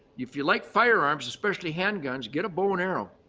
if you like firearms especially handguns, get a bow and arrow.